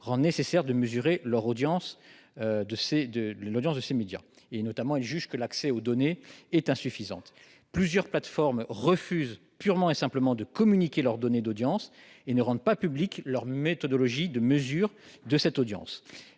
rend nécessaire de mesurer l'audience numérique de ces médias et jugent que l'accès aux données est insuffisant. Plusieurs plateformes refusent en effet purement et simplement de communiquer leurs données d'audience et ne rendent pas publique leur méthodologie de mesure. Du fait de